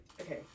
okay